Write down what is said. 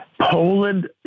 Poland